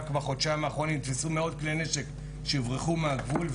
רק בחודשיים האחרונים נתפסו מאות כלי נשק שהוברחו מהגבול,